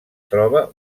troba